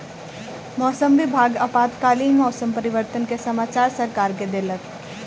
मौसम विभाग आपातकालीन मौसम परिवर्तन के समाचार सरकार के देलक